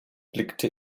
blickte